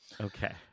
Okay